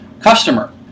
customer